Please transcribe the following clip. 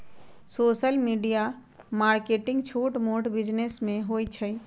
social media marketing छोट मोट business में होई छई